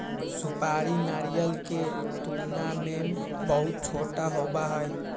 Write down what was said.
सुपारी नारियल के तुलना में बहुत छोटा होबा हई